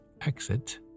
exit